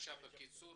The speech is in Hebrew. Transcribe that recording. בבקשה בקיצור